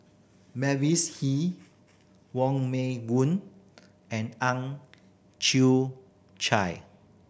Mavis Hee Wong Meng Voon and Ang Chwee Chai